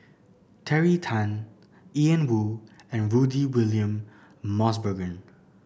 Terry Tan Ian Woo and Rudy William Mosbergen